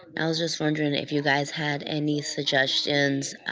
i was just wondering if you guys had any suggestions.